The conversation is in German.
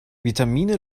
vitamine